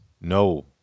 No